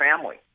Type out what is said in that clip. family